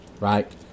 Right